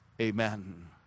Amen